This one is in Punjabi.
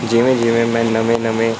ਜਿਵੇਂ ਜਿਵੇਂ ਮੈਂ ਨਵੇਂ ਨਵੇਂ